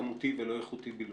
כמותי ולא איכותי בלבד,